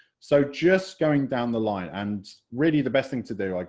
so just going down the line, and really the best thing to do, like